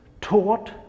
taught